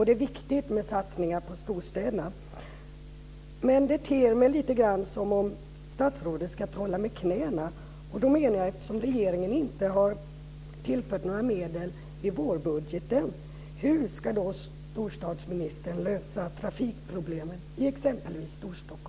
Det är viktigt med satsningar på storstäderna. Det förefaller mig som om statsrådet ska trolla med knäna. Eftersom regeringen inte har tillfört några medel i vårbudgeten undrar jag hur storstadsministern ska lösa trafikproblemen i exempelvis Storstockholm.